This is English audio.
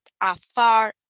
afar